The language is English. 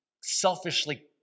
selfishly